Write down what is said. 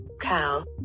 Cal